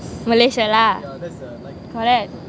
malaysia lah correct